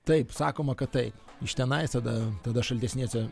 taip sakoma kad taip iš tenais tada tada šaltesnėse